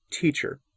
teacher